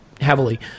heavily